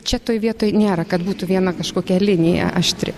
čia toj vietoj nėra kad būtų viena kažkokia linija aštri